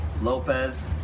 Lopez